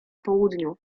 południu